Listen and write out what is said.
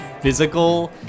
physical